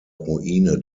ruine